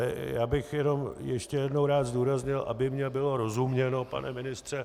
Já bych jenom ještě jednou rád zdůraznil, aby mi bylo rozuměno, pane ministře.